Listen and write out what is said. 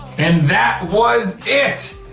and that was it.